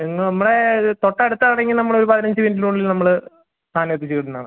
ഇന്ന് നമ്മളെ തൊട്ടടുത്ത് ആണെങ്കിൽ നമ്മളൊരു പതിനഞ്ച് മിനിറ്റിനുള്ളിൽ നമ്മൾ സാധനം എത്തിച്ച് തരുന്നതാണ്